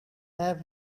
have